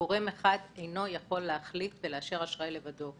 גורם אחד אינו יכול להחליט ולאשר אשראי לבדו.